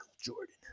Jordan